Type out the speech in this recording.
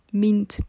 mint